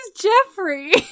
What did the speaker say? Jeffrey